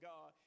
God